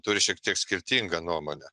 turi šiek tiek skirtingą nuomonę